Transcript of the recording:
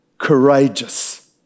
Courageous